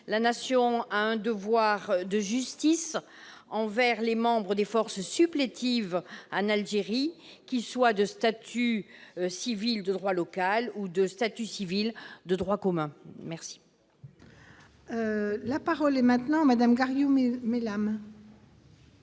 La Nation a un devoir de justice envers les membres des forces supplétives en Algérie, qu'ils soient de statut civil de droit local ou de statut civil de droit commun. La parole est à Mme Joëlle Garriaud-Maylam,